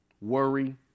worry